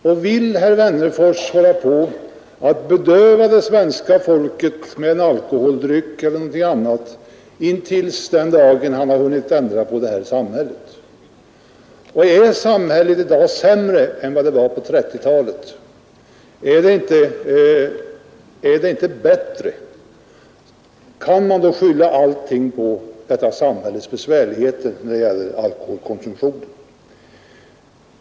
Vill herr Wennerfors fortsätta att bedöva det svenska folket med en alkoholdryck eller någonting annat intill den dag då han hunnit ändra samhället? Är samhället i dag sämre än det var på 1930-talet? Är det inte i stället bättre? Kan man då skylla allting på samhällsbesvärligheter när det gäller alkoholkonsumtionen?